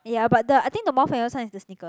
ya but the I think the more famous one is the sneaker